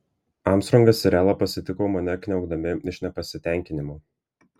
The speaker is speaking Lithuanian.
armstrongas ir ela pasitiko mane kniaukdami iš nepasitenkinimo